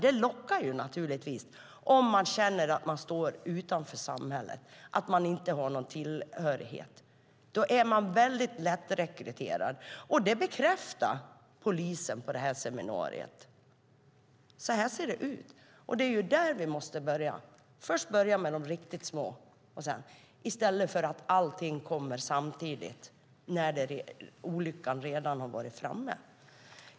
Det lockar naturligtvis om man känner att man står utanför samhället och inte har någon tillhörighet. Då är man mycket lättrekryterad, och det bekräftade polisen på det här seminariet. Så här ser det ut. Det är där vi måste börja. Först måste vi börja med de riktigt små och sedan gå vidare i stället för att allting kommer samtidigt när olyckan redan har varit framme.